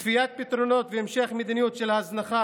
כפיית פתרונות והמשך מדיניות של ההזנחה